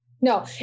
No